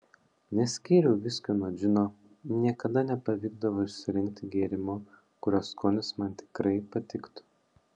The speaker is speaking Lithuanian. neskyriau viskio nuo džino niekada nepavykdavo išsirinkti gėrimo kurio skonis man tikrai patiktų